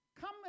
come